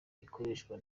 ikoreshwa